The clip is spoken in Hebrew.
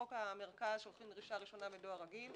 בחוק המרכז שולחים דרישה ראשונה בדואר רגיל,